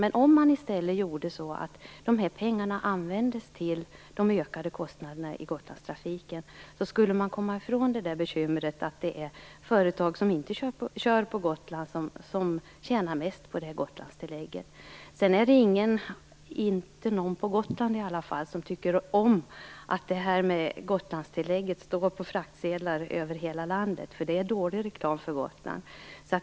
Men om man i stället gjorde så att pengarna användes till de ökade kostnaderna i Gotlandstrafiken så skulle man komma ifrån bekymret med att det är företag som inte kör på Gotland som tjänar mest på Gotlandstillägget. Det är ingen, inte på Gotland i alla fall, som tycker om det här med att Gotlandstillägget står på fraktsedlar över hela landet. Det är dålig reklam för Gotland.